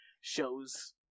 shows